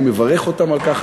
אני מברך אותן על כך.